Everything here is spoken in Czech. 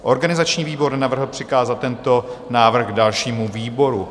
Organizační výbor nenavrhl přikázat tento návrh dalšímu výboru.